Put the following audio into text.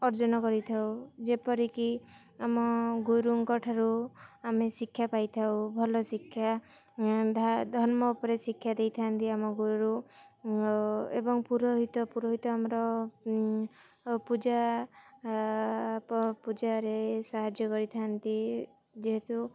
ଅର୍ଜନ କରିଥାଉ ଯେପରିକି ଆମ ଗୁରୁଙ୍କଠାରୁ ଆମେ ଶିକ୍ଷା ପାଇଥାଉ ଭଲ ଶିକ୍ଷା ଧର୍ମ ଉପରେ ଶିକ୍ଷା ଦେଇଥାନ୍ତି ଆମ ଗୁରୁ ଏବଂ ପୁରୋହିତ ପୁରୋହିତ ଆମର ପୂଜା ପୂଜାରେ ସାହାଯ୍ୟ କରିଥାନ୍ତି ଯେହେତୁ